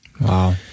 Wow